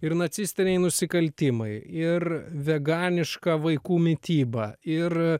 ir nacistiniai nusikaltimai ir veganiška vaikų mityba ir